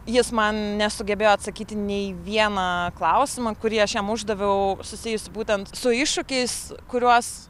jis man nesugebėjo atsakyti nei į vieną klausimą kurį aš jam uždaviau susijusį būtent su iššūkiais kuriuos